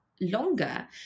longer